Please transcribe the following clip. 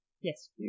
Yes